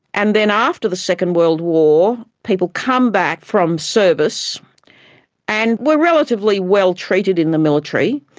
and then after the second world war people come back from service and were relatively well treated in the military.